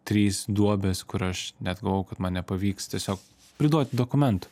trys duobės kur aš net galvojau kad man nepavyks tiesiog priduot dokumentų